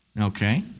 Okay